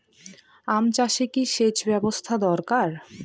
আম চাষে কি সেচ ব্যবস্থা দরকার?